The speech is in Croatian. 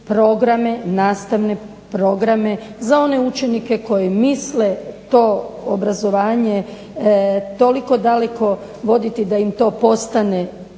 odvojiti nastavne programe za one učenike koji misle to obrazovanje toliko daleko voditi da im to postane